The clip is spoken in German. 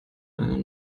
eine